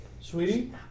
Sweetie